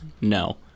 no